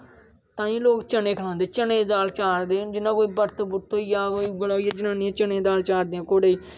ताहियैं लोक चने खलांदे चने दी दाल देन जियां कोई बर्त बुर्त होई गेआ कोई उऐ जेहा होई गा कोई जनानियां चने दी दाल चारदियां घोडे़ गी